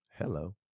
Hello